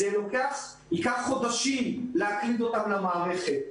זה ייקח חודשים להקליד אותם למערכת.